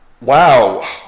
Wow